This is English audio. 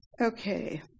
Okay